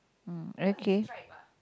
mm okay